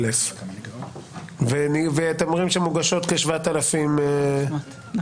ואתם אומרים שמוגשת כ-7,000 בקשות.